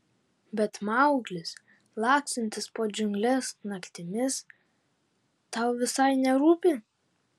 bet mauglis lakstantis po džiungles naktimis tau visai nerūpi